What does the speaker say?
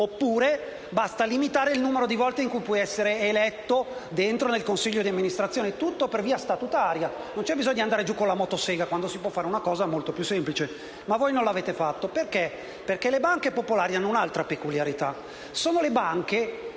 Oppure basta limitare il numero di volte in cui si può essere eletti a far parte del consiglio di amministrazione. Tutto questo si può fare per via statutaria: non c'è bisogno di andare giù con la motosega quando si può fare una cosa molto più semplice. Ma voi non l'avete fatta. Perché? Perché le banche popolari hanno un'altra peculiarità: sono le banche